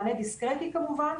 מענה דיסקרטי כמובן,